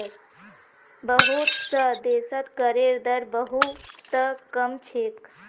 बहुत स देशत करेर दर बहु त कम छेक